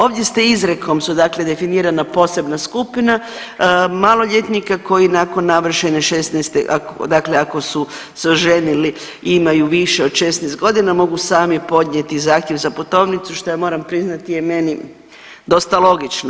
Ovdje ste izrijekom su dakle definirana posebna skupina maloljetnika koji nakon navršene 16. dakle ako su se oženili i imaju više od 16 godina mogu sami podnijeti zahtjev za putovnicu što ja moram priznati je meni dosta logično.